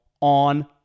on